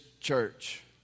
church